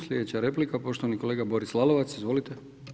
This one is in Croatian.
Sljedeća replika poštovani kolega Boris Lalovac, izvolite.